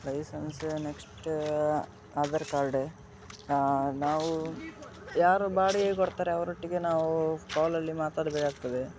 licence next Aadhaar card ನಾವು ಯಾರು ಬಾಡಿಗೆ ಕೊಡ್ತಾರೆ ಅವರೊಟ್ಟಿಗೆ ನಾವೂ ಕಾಲಲ್ಲಿ ಮಾತಾಡಬೇಕಾಗ್ತದೆ